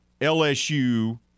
LSU